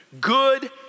good